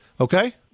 Okay